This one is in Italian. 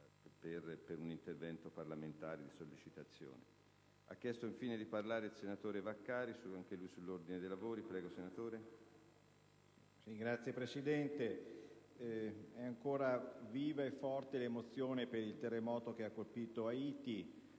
Signor Presidente, è ancora viva e forte l'emozione per il terremoto che ha colpito Haiti